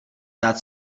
dát